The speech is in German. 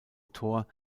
tor